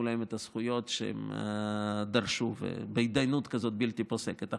להם את הזכויות שהם דרשו בהתדיינות בלתי פוסקת.